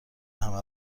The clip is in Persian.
همه